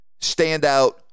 standout